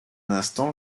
instant